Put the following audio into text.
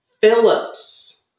Phillips